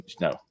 no